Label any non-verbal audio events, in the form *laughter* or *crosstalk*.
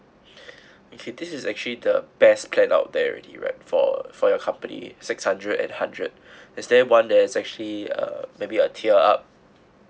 *breath* if it is actually the best plan out there already right for for your company six hundred and hundred is there one there is actually uh maybe a tier up